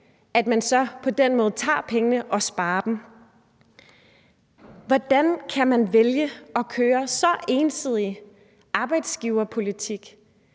så på den måde tager pengene og får en besparing. Hvordan kan man vælge at køre en så ensidig arbejdsgiverpolitik